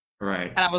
Right